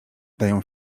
dają